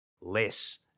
less